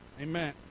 Amen